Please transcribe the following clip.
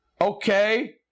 okay